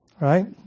Right